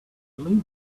believe